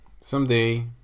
Someday